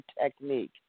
technique